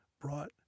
brought